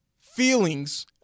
Feelings